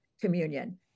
communion